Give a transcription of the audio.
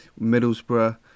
Middlesbrough